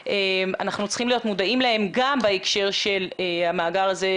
אנחנו צריכים להיות מודעים להם גם בהקשר של המאגר הזה,